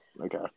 Okay